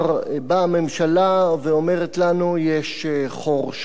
באה הממשלה ואומרת לנו: יש חור שחור,